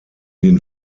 den